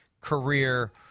career